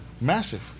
massive